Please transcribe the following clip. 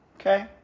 Okay